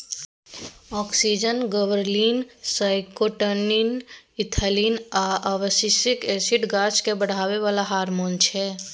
auxin, gibberellin, cytokinin, ethylene आ abscisic acid गाछकेँ बढ़ाबै बला हारमोन छै